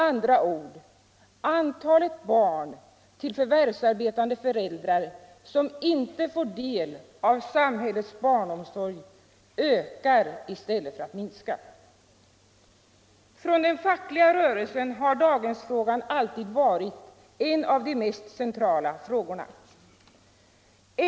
Antalet barn till förvärvsarbetande föräldrar som inte får del av samhällets barnomsorg ökar med andra ord i stället för att minska. I den fackliga rörelsen har daghemsfrågan alltid varit en av de mest centrala frågorna.